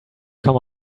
come